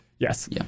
Yes